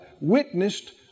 witnessed